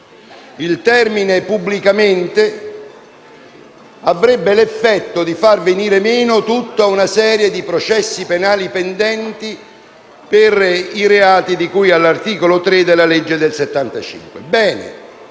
Il termine «pubblicamente» avrebbe l'effetto di far venire meno tutta una serie di processi penali pendenti per i reati di cui all'articolo 3 della legge n. 654 del